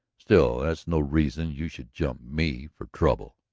still that's no reason you should jump me for trouble.